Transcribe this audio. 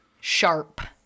sharp